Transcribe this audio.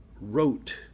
wrote